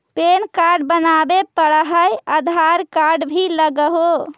Pan card बनावे पडय है आधार कार्ड भी लगहै?